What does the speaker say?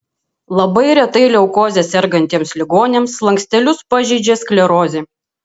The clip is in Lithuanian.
labai retai leukoze sergantiems ligoniams slankstelius pažeidžia sklerozė